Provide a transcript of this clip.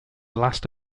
last